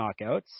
knockouts